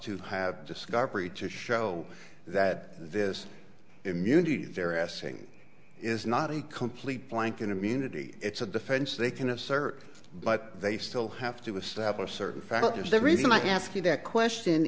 to have discovery to show that this immunity they're asking is not a complete blanket immunity it's a defense they can assert but they still have to establish certain factors the reason i ask you that question